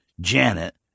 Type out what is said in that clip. Janet